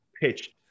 pitched